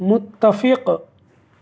متفق